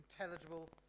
intelligible